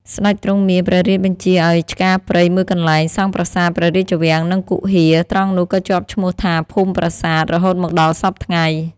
ស្ដេចទ្រង់មានព្រះរាជបញ្ជាឲ្យឆ្ការព្រៃមួយកន្លែង សង់ប្រាសាទ ព្រះរាជវាំង និងគុហា ត្រង់នោះក៏ជាប់ឈ្មោះថា ភូមិប្រាសាទ រហូតមកដល់សព្វថ្ងៃ ។